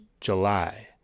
July